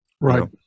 Right